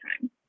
time